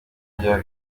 rya